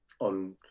on